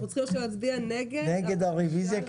אנחנו צריכים עכשיו להצביע נגד --- נגד הרביזיה,